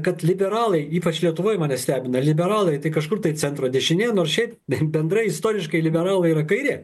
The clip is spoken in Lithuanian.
kad liberalai ypač lietuvoj mane stebina liberalai tai kažkur tai centro dešinė nors šiaip bendrai istoriškai liberalai yra kairė